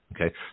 Okay